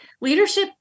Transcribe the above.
leadership